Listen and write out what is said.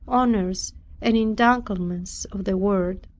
honors and entanglements of the world.